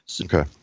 Okay